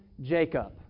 Jacob